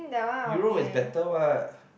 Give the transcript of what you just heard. Euro is better what